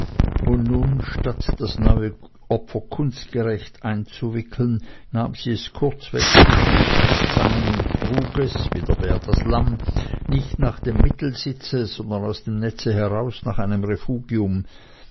und nun statt das neue opfer kunstgerecht einzuwickeln nahm sie es kurzweg zwischen die freßzangen und trug es wie der bär das lamm nicht nach dem mittelsitze sondern aus dem netze heraus nach einem refugium